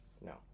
No